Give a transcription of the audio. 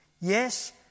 Yes